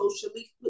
socially